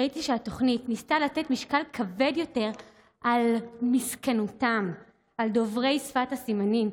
ראיתי שהתוכנית ניסתה לתת משקל כבד יותר למסכנותם של דוברי שפת הסימנים,